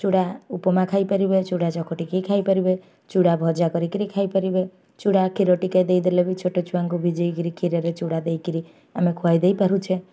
ଚୁଡ଼ା ଉପମା ଖାଇପାରିବେ ଚୁଡ଼ା ଚକଟିକି ଖାଇପାରିବେ ଚୁଡ଼ା ଭଜା କରିକିରି ଖାଇପାରିବେ ଚୁଡ଼ା କ୍ଷୀର ଟିକେ ଦେଇଦେଲେ ବି ଛୋଟ ଛୁଆଙ୍କୁ ଭିଜେଇକିରି କ୍ଷୀରରେ ଚୁଡ଼ା ଦେଇକିରି ଆମେ ଖୁଆଇ ଦେଇ ପାରୁଛେ